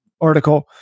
article